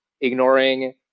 ignoring